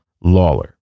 Lawler